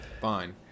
Fine